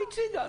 היא הציגה.